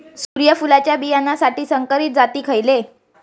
सूर्यफुलाच्या बियानासाठी संकरित जाती खयले?